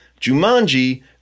Jumanji